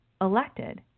elected